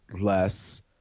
less